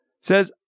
says